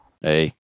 Hey